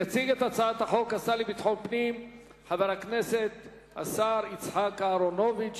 יציג את הצעת החוק השר לביטחון הפנים חבר הכנסת השר יצחק אהרונוביץ.